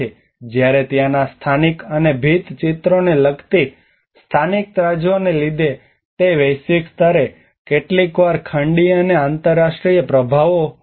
જ્યારે ત્યાંના સ્થાનિક અને ભીંતચિત્રોને લગતી સ્થાનિક ત્રાજવાને લીધે તે વૈશ્વિક સ્તરે કેટલીકવાર ખંડીય અને આંતર આંતરરાષ્ટ્રીય પ્રભાવો હોય છે